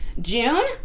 June